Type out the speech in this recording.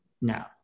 no